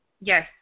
Yes